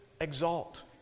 exalt